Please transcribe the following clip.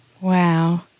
Wow